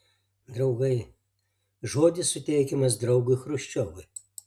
draugai žodis suteikiamas draugui chruščiovui